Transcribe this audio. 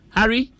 Harry